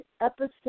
Episode